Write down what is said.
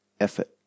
effort